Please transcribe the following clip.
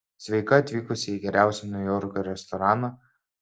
sveika atvykusi į geriausią niujorko restoraną